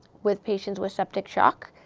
with patients with septic shock.